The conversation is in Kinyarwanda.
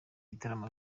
ibitaramo